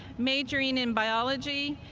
majoring in biology,